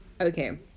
okay